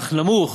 אך נמוך